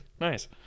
Nice